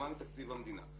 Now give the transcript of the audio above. ימומן מתקציב המדינה.